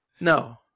No